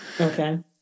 Okay